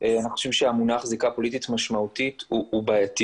אנחנו חושבים שהמונח זיקה פוליטית משמעותית הוא בעייתי